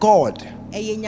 God